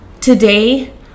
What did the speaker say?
Today